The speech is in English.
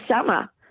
summer